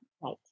Right